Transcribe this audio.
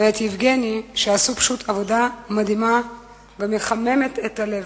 ואת יבגני, שעשו עבודה מדהימה ומחממת את הלב.